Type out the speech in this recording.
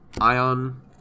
ion